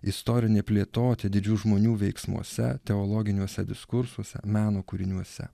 istorinė plėtotė didžių žmonių veiksmuose teologiniuose diskursuose meno kūriniuose